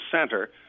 center